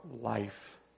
life